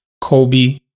Kobe